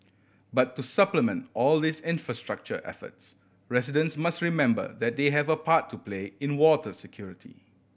but to supplement all these infrastructure efforts residents must remember that they have a part to play in water security